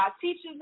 teaches